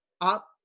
up